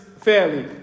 fairly